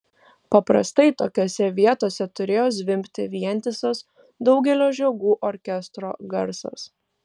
paprastai tokiose vietose turėjo zvimbti vientisas daugelio žiogų orkestro garsas